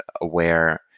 aware